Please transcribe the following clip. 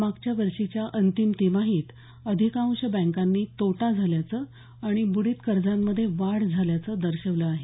मागच्या वर्षीच्या अंतिम तिमाहीत अधिकांश बँकांनी तोटा झाल्याचं आणि ब्र्डित कर्जांमध्ये वाढ झाल्याचं दर्शवलं आहे